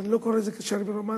אבל אני לא קורא לזה קשרים רומנטיים.